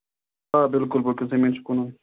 آ بِلکُل بِلکُل زٔمیٖن چھِ کٕنُن